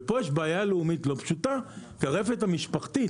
פה יש בעיה לאומית לא פשוטה כי רפת משפחתית,